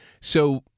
So-